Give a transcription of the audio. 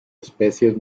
especies